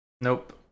Nope